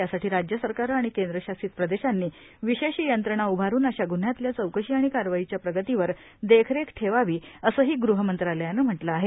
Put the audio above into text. त्यासाठी राज्य सरकारं आणि केंद्रशासित प्रदेशांनी विशेष यंत्रणा उभारून अशा ग्रन्हयांतल्या चौकशी आणि कारवाईच्या प्रगतीवर देखरेख ठेवावी असंही ग़हमंत्रालयानं म्हटलं आहे